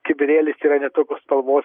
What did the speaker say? kibirėlis yra ne tokios spalvos